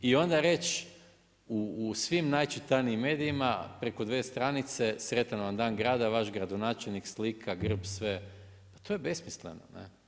I onda reć u svim najčitanijim medijima, preko 2 stranice, sretan vam dan grada, vaš gradonačelnik slika grb, sve, to je besmisleno.